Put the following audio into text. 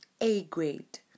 A-grade